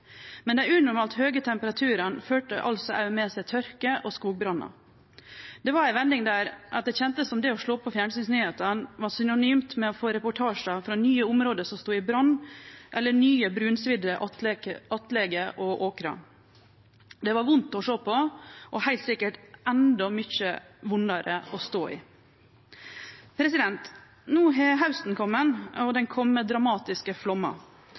men dei unormalt høge temperaturane førte med seg tørke og skogbrannar. Det var ei vending der, det kjentes som at det å slå på fjernsynsnyhenda var synonymt med å få reportasjar frå nye område som stod i brann, eller nye brunsvidde attleger og åkrar. Det var vondt å sjå på og heilt sikkert endå mykje vondare å stå i. No er hausten komen, og han kom med dramatiske